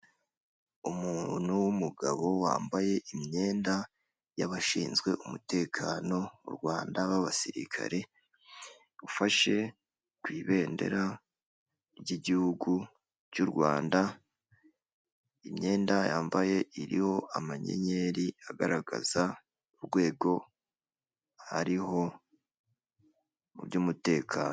Umuntu w'umugabo wambaye imyenda y'abashinzwe umutekano mu Rwanda b'abasirikare, ufashe ku ibendera ry'igihugu cy'u rwanda, imyenda yambaye iriho amanyenyeri agaragaza urwego ariho mu by'umutekano